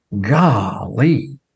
golly